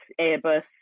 airbus